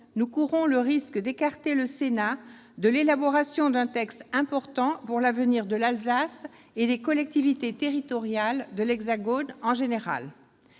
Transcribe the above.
nous courrons le risque d'écarter le Sénat de l'élaboration d'un texte important pour l'avenir de l'Alsace et des collectivités territoriales de l'Hexagone en général.